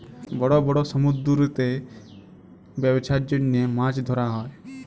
বড় বড় সমুদ্দুরেতে ব্যবছার জ্যনহে মাছ ধ্যরা হ্যয়